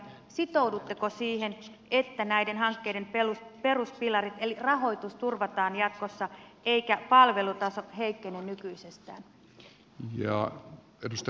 sitoudutteko siihen että näiden hankkeiden peruspilarit eli rahoitus turvataan jatkossa eikä palvelutaso heikkene nykyisestään